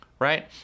Right